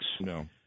No